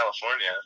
California